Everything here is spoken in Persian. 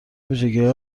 ویژگیهای